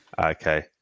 Okay